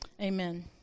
Amen